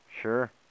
Sure